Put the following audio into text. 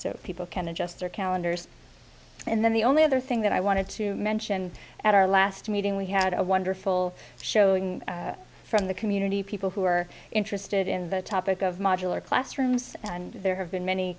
so people can adjust their calendars and then the only other thing that i wanted to mention at our last meeting we had a wonderful showing from the community people who are interested in the topic of modular classrooms and there have been many